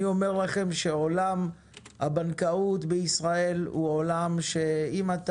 אני אומר לכם שעולם הבנקאות בישראל הוא עולם שאם אתה